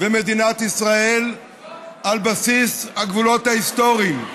למדינת ישראל על בסיס הגבולות ההיסטוריים.